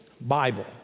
Bible